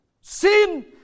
Sin